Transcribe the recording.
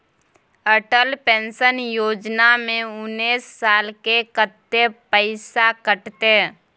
Atal pension Yojana में उनैस साल के कत्ते पैसा कटते?